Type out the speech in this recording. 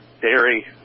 dairy